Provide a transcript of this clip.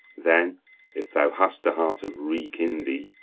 then if thou hast a heart of wreak in thee,